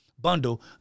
bundle